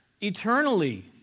eternally